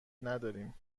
نداریم